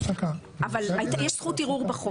אבל יש זכות ערעור בחוק.